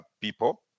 people